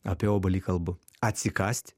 apie obuolį kalbu atsikąst